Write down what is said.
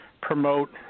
promote